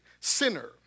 sinner